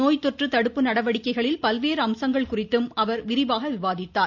நோய்த்தொற்று தடுப்பு நடவடிக்கைகளில் பல்வேறு அம்சங்கள் குறித்தும் அவர் விரிவாக விவாதித்தார்